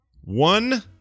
One